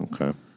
Okay